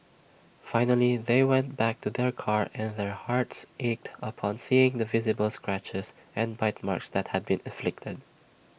finally they went back to their car and their hearts ached upon seeing the visible scratches and bite marks that had been inflicted